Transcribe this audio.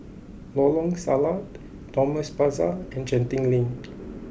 Lorong Salleh Thomson Plaza and Genting Link